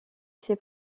ses